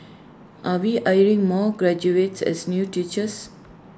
are we hiring more graduates as new teachers